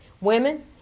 Women